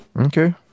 okay